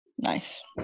Nice